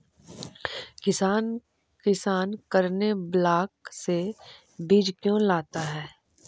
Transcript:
किसान करने ब्लाक से बीज क्यों लाता है?